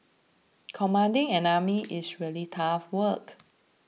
commanding an army is really tough work